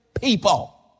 people